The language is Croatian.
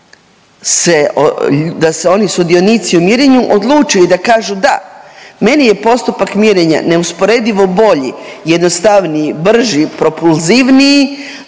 da se oni sudionici u mirenju odluče i da kažu da, meni je postupak mirenja neusporedivo bolji, jednostavniji, brži, propulzivniji